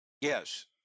Yes